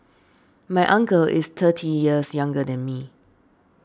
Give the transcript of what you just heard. my uncle is thirty years younger than me